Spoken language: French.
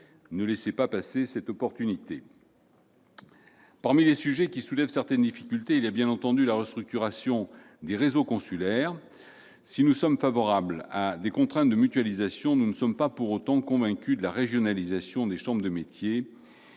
Parmi les sujets qui soulèvent certaines difficultés, il y a, bien entendu, la restructuration des réseaux consulaires. Si nous sommes favorables à des contraintes de mutualisation, nous ne sommes pas pour autant convaincus par la régionalisation des chambres de métiers,